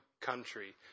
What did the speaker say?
country